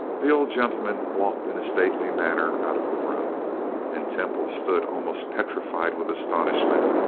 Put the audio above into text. the old gentleman walked in a stately manner out of the room and temple stood almost petrified with astonishment,